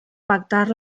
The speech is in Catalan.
pactar